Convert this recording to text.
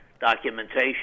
documentation